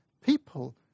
people